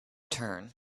turn